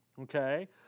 Okay